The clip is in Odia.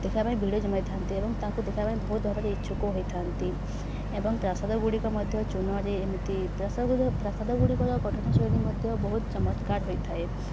ଦେଖିବା ପାଇଁ ଭିଡ଼ି ଜମାଇଥାନ୍ତି ଏବଂ ତାଙ୍କୁ ଦେଖିବା ପାଇଁ ବହୁତ ଭାବରେ ଇଚ୍ଛୁକ ହୋଇଥାନ୍ତି ଏବଂ ପ୍ରସାଦଗୁଡ଼ିକ ମଧ୍ୟ ଚୁନରେ ଏମିତି ପ୍ରସାଦ ପ୍ରସାଦଗୁଡ଼ିକର ଗଠନ ଶୈଳୀ ମଧ୍ୟ ବହୁତ ଚମତ୍କାର ହୋଇଥାଏ